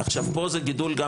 עכשיו פה זה גידול גם